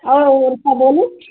ओ अच्छा बोलू